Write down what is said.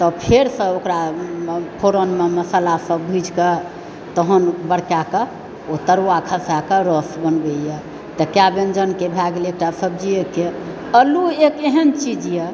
फेरसँ ओकरा फोरनमे मसल्ला सब भूजिके तहन बरकाकऽ ओ तरुआ खसाकऽ रऽस बनबैए तऽ कैदन रङ्गके भए गेलै एकटा सब्जिएके आलू एक एहन चीज यऽ